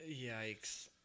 Yikes